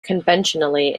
conventionally